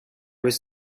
was